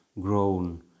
grown